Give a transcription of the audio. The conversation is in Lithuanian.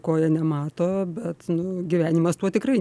ko jie nemato bet nu gyvenimas tuo tikrai